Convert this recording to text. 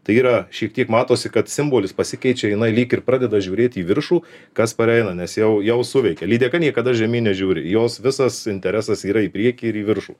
tai yra šiek tiek matosi kad simbolis pasikeičia jinai lyg ir pradeda žiūrėti į viršų kas pareina nes jau jau suveikė lydeka niekada žemyn nežiūri jos visas interesas yra į priekį ir į viršų